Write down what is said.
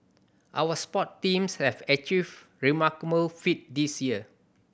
our sports teams have achieved remarkable feat this year